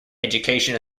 education